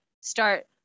start